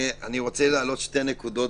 רוצה להעלות שתי נקודות.